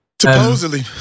Supposedly